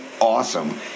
awesome